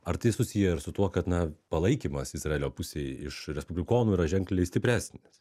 ar tai susiję ir su tuo kad na palaikymas izraelio pusėj iš respublikonų yra ženkliai stipresnis